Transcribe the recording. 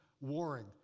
warring